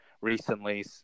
recently